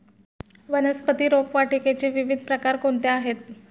वनस्पती रोपवाटिकेचे विविध प्रकार कोणते आहेत?